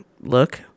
look